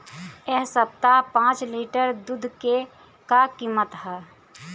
एह सप्ताह पाँच लीटर दुध के का किमत ह?